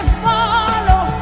follow